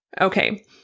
Okay